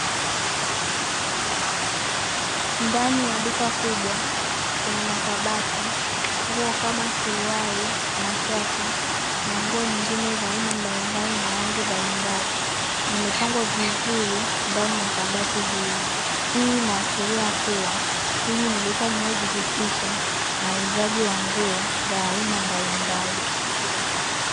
Ndani ya duka kubwa kwenye makabati nguo kama: suruali, mashati na nguo nyingine za aina mbalimbali na rangi mbalimbali, zimepangwa vizuri ndani ya makabati hilo. Hii inaashiria kuwa, hili ni duka linalojihusisha na uuzaji wa nguo za aina mbalimbali.